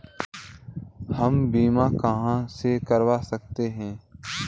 हम बीमा कहां से करवा सकते हैं?